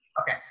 Okay